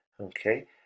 Okay